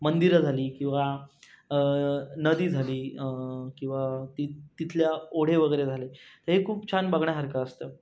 मंदिरं झाली किंवा नदी झाली किंवा ती तिथल्या ओढे वगैरे झाले हे खूप छान बघण्यासारखं असतं